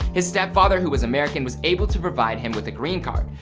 his step-father who was american, was able to provide him with a green card.